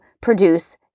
produce